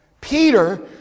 Peter